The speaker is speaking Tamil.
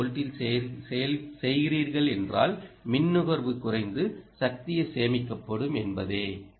2 வோல்ட்டில் செய்கிறீர்கள் என்றால் மின் நுகர்வு குறைந்து சக்தியைச் சேமிக்கப்படும் என்பதே